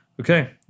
okay